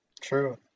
True